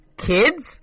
Kids